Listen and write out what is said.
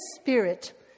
spirit